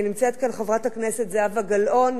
נמצאת כאן חברת הכנסת זהבה גלאון.